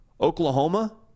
Oklahoma